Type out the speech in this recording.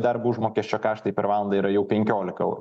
darbo užmokesčio kaštai per valandą yra jau penkiolika eurų